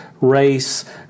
race